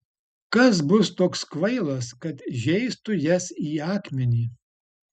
kas bus toks kvailas kad žeistų jas į akmenį